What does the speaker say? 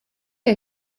que